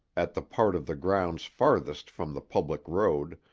at the part of the grounds farthest from the public road,